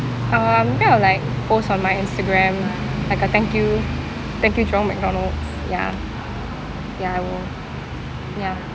um think I'll like post on my instagram like a thank you thank you jurong mcdonald's ya ya I will ya